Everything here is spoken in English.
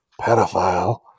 pedophile